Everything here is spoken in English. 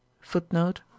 footnote